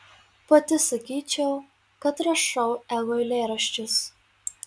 pati sakyčiau kad rašau ego eilėraščius